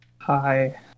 Hi